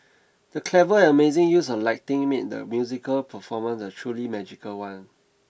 the clever and amazing use of lighting made the musical performance a truly magical one